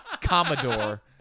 Commodore